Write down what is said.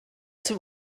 zum